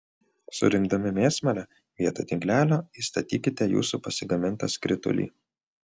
surinkdami mėsmalę vietoj tinklelio įstatykite jūsų pasigamintą skritulį